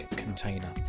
container